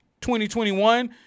2021